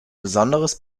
besonderes